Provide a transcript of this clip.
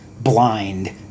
blind